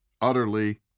utterly